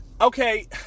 okay